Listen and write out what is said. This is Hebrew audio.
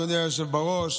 אדוני היושב-ראש,